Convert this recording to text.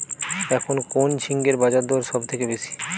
এখন কোন ঝিঙ্গের বাজারদর সবথেকে বেশি?